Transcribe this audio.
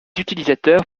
utilisateurs